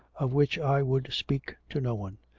of which i would speak to no one.